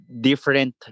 different